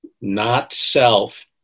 not-self